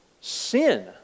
sin